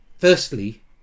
Firstly